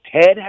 Ted